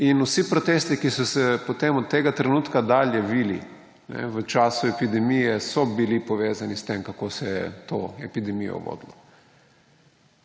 In vsi protesti, ki so se potem od tega trenutka dalje vili v času epidemije, so bili povezani s tem, kako se je to epidemijo vodilo.